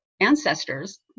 ancestors